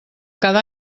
cada